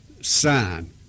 sign